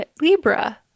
Libra